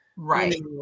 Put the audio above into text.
right